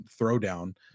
throwdown